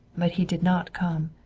but he did not come.